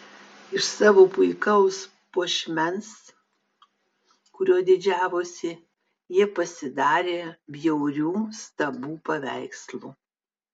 iš savo puikaus puošmens kuriuo didžiavosi jie pasidarė bjaurių stabų paveikslų